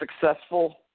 successful